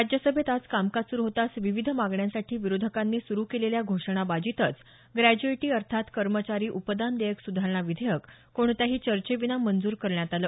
राज्यसभेत आज कामकाज सुरु होताच विविध मागण्यांसाठी विरोधकांनी सुरु केलेल्या घोषणाबाजीतच ग्रॅच्युइटी अर्थात कर्मचारी उपदान देयक सुधारणा विधेयक कोणत्याही चर्चेविना मंजूर करण्यात आलं